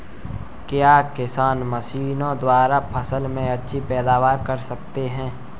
क्या किसान मशीनों द्वारा फसल में अच्छी पैदावार कर सकता है?